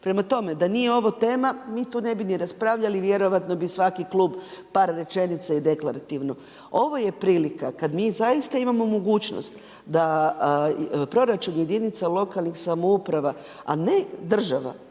Prema tome, da nije ovo tema, mi tu ne bi ni raspravljali i vjerovatno bi svaki klub par rečenica i deklarativno. Ovo je prilika kad mi zaista imamo mogućnost da proračun jedinica lokalnih samouprava a ne država